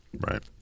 Right